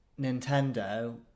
Nintendo